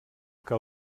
que